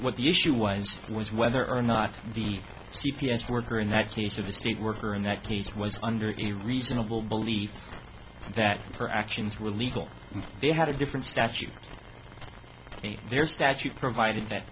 what the issue was was whether or not the c p s worker in that case the state worker in that case was under a reasonable belief that her actions were legal and they had a different statute their statute provided that